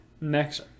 Next